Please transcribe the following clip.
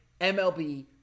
MLB